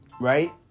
Right